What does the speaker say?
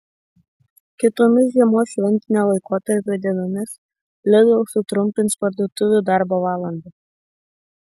kitomis žiemos šventinio laikotarpio dienomis lidl sutrumpins parduotuvių darbo valandas